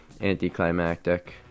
anticlimactic